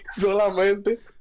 solamente